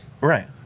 Right